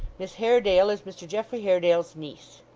miss haredale is mr geoffrey haredale's niece